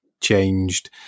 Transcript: changed